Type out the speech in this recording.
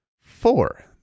four